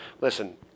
listen